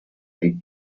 and